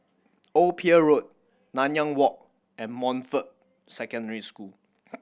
Old Pier Road Nanyang Walk and Montfort Secondary School